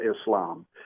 Islam